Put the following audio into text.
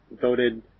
voted